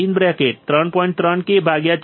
7k એટલે શું Av113